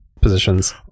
positions